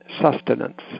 sustenance